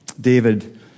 David